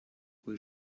where